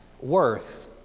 worth